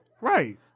Right